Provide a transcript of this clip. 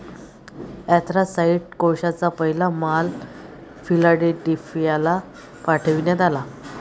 anthracite कोळशाचा पहिला माल फिलाडेल्फियाला पाठविण्यात आला